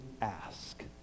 ask